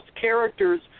characters